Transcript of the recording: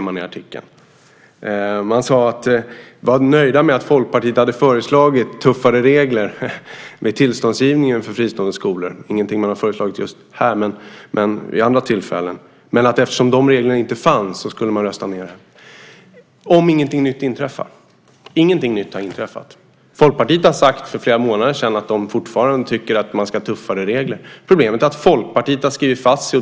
Man sade att man var nöjd med att Folkpartiet hade föreslagit tuffare regler för tillståndsgivningen för fristående skolor. Det är ingenting som har föreslagits just här men vid andra tillfällen. Men eftersom de reglerna inte fanns skulle man rösta nej - om ingenting nytt inträffar. Ingenting nytt har inträffat. Folkpartiet sade för flera månader sedan att man fortfarande tycker att det ska vara tuffare regler. Problemet är att Folkpartiet har skrivit fast sig.